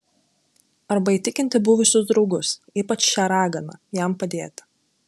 arba įtikinti buvusius draugus ypač šią raganą jam padėti